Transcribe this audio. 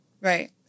right